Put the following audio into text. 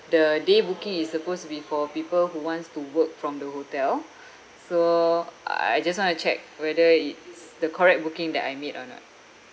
the day booking is supposed to be for people who wants to work from the hotel so I just want to check whether it's the correct booking that I made or not